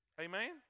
Amen